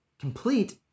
complete